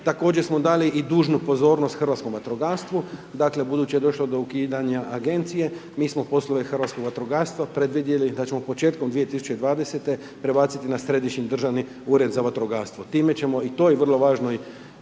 Također smo dali i dužnu pozornost hrvatskom vatrogastvu, dakle, budući da je došlo do ukidanja agencija, mi smo poslove hrvatskog vatrogastva predvidjeli, da ćemo početkom 2020. prebaciti na središnji državni ured za vatrogastvo. Time ćemo i to, i vrlo važno i